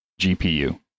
gpu